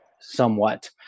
somewhat